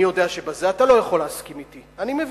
אני יודע שבזה אתה לא יכול להסכים אתי, אני מבין,